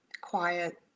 quiet